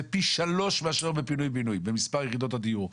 זה פי שלוש מאשר בפינוי-בינוי במספר יחידות הדיור.